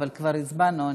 אבל כבר הצבענו.